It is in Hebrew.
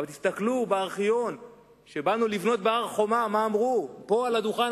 תסתכלו בארכיון ותראו מה אמרו פה על הדוכן